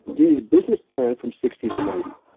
you need a business plan from sixty to ninety.